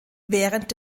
während